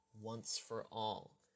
once-for-all